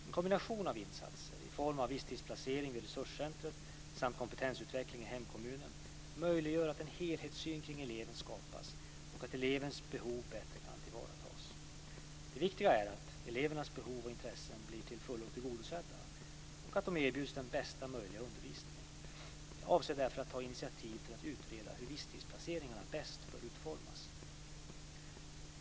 En kombination av insatser i form av visstidsplacering vid resurscentret samt kompetensutveckling i hemkommunen möjliggör att en helhetssyn kring eleven skapas och att elevens behov bättre kan tillvaratas. Det viktiga är att elevernas behov och intressen blir till fullo tillgodosedda och att de erbjuds den bästa möjliga undervisningen. Jag avser därför att ta initiativ till att utreda hur visstidsplaceringarna bäst bör utformas.